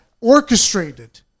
orchestrated